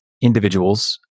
individuals